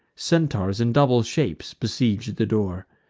centaurs, and double shapes, besiege the door.